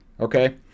okay